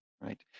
Right